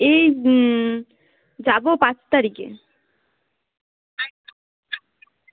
এই যাবো পাঁচ তারিখে